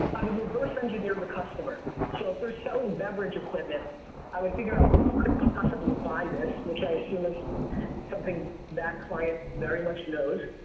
i would reverse engineer the customer so if they're showing beverage equipment i would figure out who could possibly buy this, which i assume is something that client very much knows.